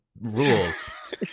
Rules